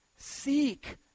seek